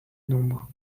nombres